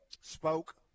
spoke